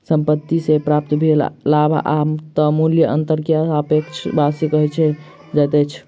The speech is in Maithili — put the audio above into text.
संपत्ति से प्राप्त भेल लाभ आ तय मूल्यक अंतर के सापेक्ष वापसी कहल जाइत अछि